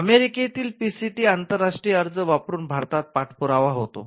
अमेरिकेतील पीसीटी आंतरराष्ट्रीय अर्ज वापरून भारतात पाठपुरावा होतो